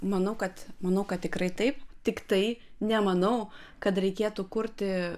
manau kad manau kad tikrai taip tiktai nemanau kad reikėtų kurti